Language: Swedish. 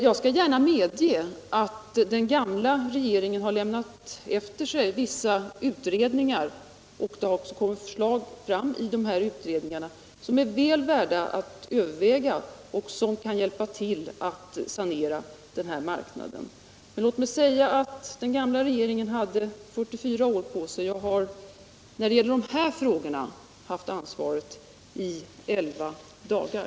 Jag skall gärna medge att den gamla regeringen lämnade efter sig vissa utredningar som även lagt fram förslag väl värda att överväga och som kan hjälpa till att sanera den här marknaden. Men låt mig säga att den gamla regeringen hade 44 år på sig. Jag har — när det gäller de här frågorna —- haft ansvaret i 11 dagar.